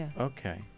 Okay